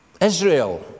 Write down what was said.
Israel